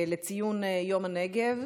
לציון יום הנגב,